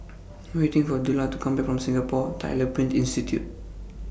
I Am waiting For Dillard to Come Back from Singapore Tyler Print Institute